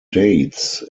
dates